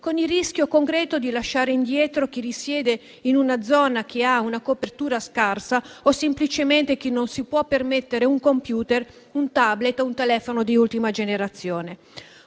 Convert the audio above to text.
con il rischio concreto di lasciare indietro chi risiede in una zona che ha una copertura scarsa o semplicemente che non si può permettere un *computer*, un *tablet* o un telefono di ultima generazione.